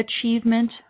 achievement